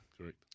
Correct